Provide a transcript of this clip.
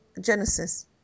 Genesis